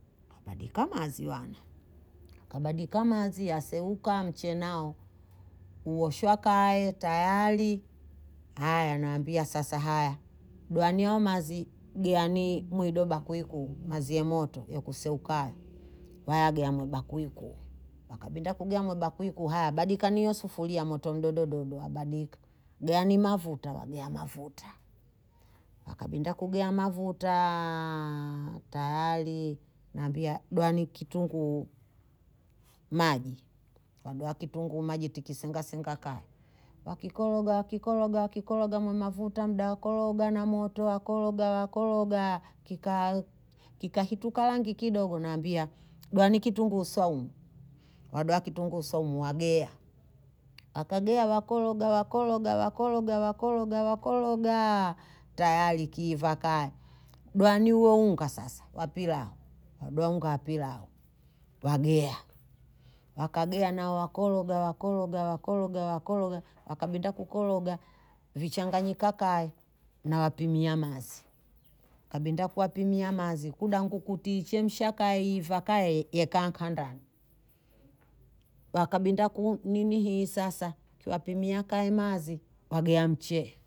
Abadika mazi wana. Kabadika mazi ya sewu kaa mche nao, uwoshua kaa, tayali. Haya, anayambia sasa haya. Dwania o mazi giani muido bakuiku, mazi ye moto, yuko sewu kaa. Waya giani mbakuiku. Wakabinda kugia mbakuiku. Haya, abadika niyo sufuli ya moto mdodo dodo abadika. Giani mavuta, wagea mavuta. Wakabinda kugia mavutaaaa, tayali. Nabia, dwani kitunguu maji. Dwani kitunku maji, tikisenga senga kaa. Wakikologa, wakikologa, wakikologa, mamavuta mda wakologa na moto, wakologa, wakologaaa. Kika hitu kalangi kidogo, nabia, dwani kitunku usomu. Dwani kitunku usomu, wagea. Wakagea, wakologa, wakologa, wakologa, wakologa, wakologaaa. Tayali, kifa kaa. Dwani uuunga sasa, wapila uu. Dwaunga wapila uu. Wagea. Wakagea na wakologa, wakologa, wakologa, wakologa. Wakabinda kukologa, vichanga nyika kaa, na wapimia mazi. Wakabinda kuwapimia mazi, kudanguku kukutiche mshaka ee, fakaa ee, ee kankandani. Wakabinda kuninihi sasa, kiwapimia kaa ee mazi, wagea mche.